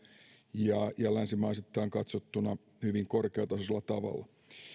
ja ja länsimaisittain katsottuna hyvin korkeatasoisella tavalla